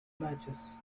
matches